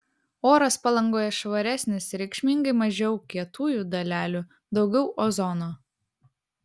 oras palangoje švaresnis reikšmingai mažiau kietųjų dalelių daugiau ozono